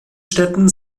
städten